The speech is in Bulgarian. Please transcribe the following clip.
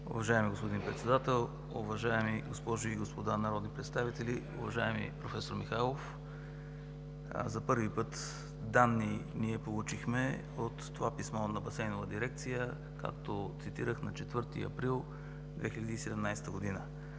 Уважаеми господин Председател, уважаеми госпожи и господа народни представители, уважаеми проф. Михайлов! За първи път ние получихме данни от това писмо на Басейнова дирекция, както цитирахме, от 4 април 2017 г.